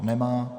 Nemá.